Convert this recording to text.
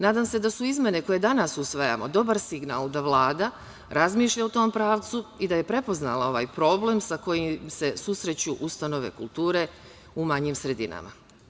Nadam se da su izmene koje danas usvajamo dobar signal da Vlada razmišlja u tom pravcu i da je prepoznala ovaj problem sa kojim se susreću ustanove kulture u manjim sredinama.